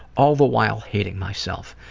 all the while hating myself.